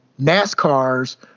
nascars